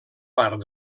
part